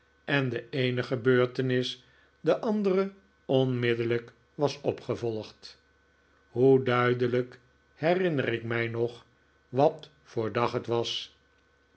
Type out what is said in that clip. en de eene gebeurtenis de andere onmiddellijk was opgevolgd hoe duidelijk herinner ik mij nog wat voor dag het was